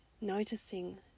noticing